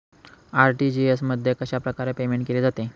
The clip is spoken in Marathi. आर.टी.जी.एस मध्ये कशाप्रकारे पेमेंट केले जाते?